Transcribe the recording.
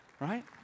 Right